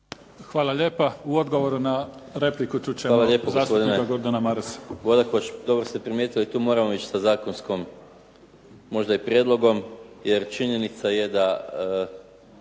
Hvala lijepa. U odgovoru na repliku, čut ćemo zastupnika Gordana Marasa. **Maras, Gordan (SDP)** Hvala lijepo. Bodakošu dobro ste primijetili, tu moramo ići sa zakonskom, možda i prijedlogom, jer činjenica je da